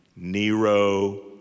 Nero